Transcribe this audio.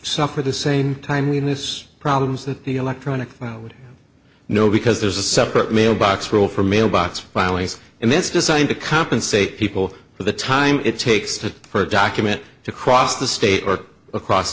suffer the same time we did this problems that the electronic would know because there's a separate mailbox rule for mailbox violence in this designed to compensate people for the time it takes to for a document to cross the state or across